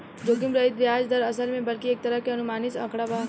जोखिम रहित ब्याज दर, असल में बल्कि एक तरह के अनुमानित आंकड़ा बा